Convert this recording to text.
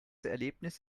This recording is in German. erlebnis